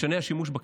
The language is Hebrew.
משנה השימוש בכלי.